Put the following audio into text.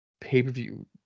pay-per-view